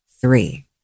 Three